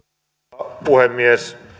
arvoisa rouva puhemies